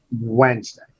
Wednesday